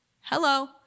hello